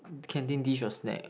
canteen dish or snack